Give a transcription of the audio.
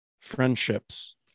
friendships